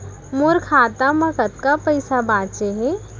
मोर खाता मा कतका पइसा बांचे हे?